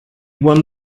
won